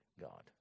God